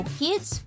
kids